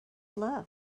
love